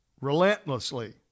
Relentlessly